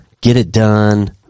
get-it-done